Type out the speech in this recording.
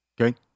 Okay